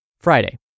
Friday